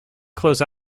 close